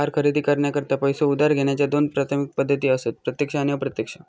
car खरेदी करण्याकरता पैसो उधार घेण्याच्या दोन प्राथमिक पद्धती असत प्रत्यक्ष आणि अप्रत्यक्ष